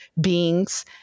beings